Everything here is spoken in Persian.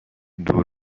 دور